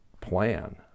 plan